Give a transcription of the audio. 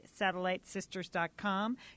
SatelliteSisters.com